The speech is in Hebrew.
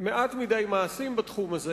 מעט מדי מעשים בתחום הזה.